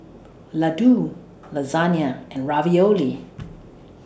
Ladoo Lasagna and Ravioli